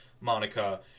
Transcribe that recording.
Monica